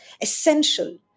essential